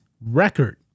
record